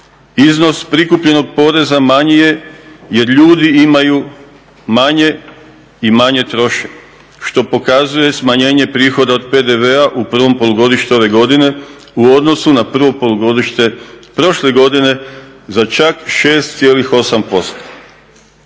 Iznos prikupljenog poreza manji je jer ljudi imaju manje i manje troše, što pokazuje smanjenje prihoda od PDV-a u prvom polugodištu ove godine u odnosu na prvo polugodište prošle godine za čak 6,8%.